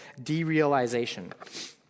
derealization